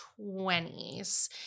20s